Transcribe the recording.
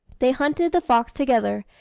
they hunted the fox together,